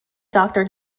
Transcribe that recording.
doctor